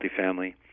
multifamily